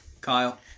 Kyle